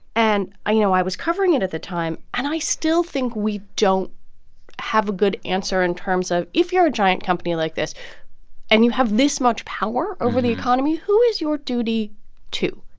and i you know i was covering it at the time. and i still think we don't have a good answer in terms of, if you're a giant company like this and you have this much power over the economy, who is your duty to?